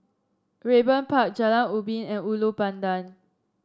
Raeburn Park Jalan Ubin and Ulu Pandan